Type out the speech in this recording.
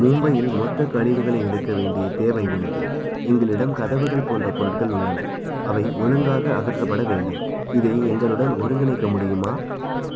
மும்பையில் மொத்த கழிவுகளை எடுக்க வேண்டிய தேவை உள்ளது எங்களிடம் கதவுகள் போன்ற பொருட்கள் உள்ளன அவை ஒழுங்காக அகற்றப்பட வேண்டும் இதை எங்களுடன் ஒருங்கிணைக்க முடியுமா